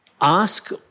ask